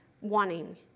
wanting